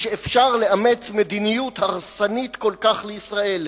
שאפשר לאמץ מדיניות הרסנית כל כך לישראל,